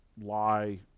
lie